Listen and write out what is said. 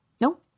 No